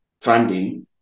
funding